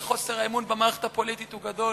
וחוסר האמון במערכת הפוליטית גדול